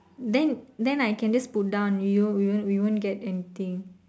then then I can just put down we won't we won't get anything